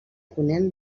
ponent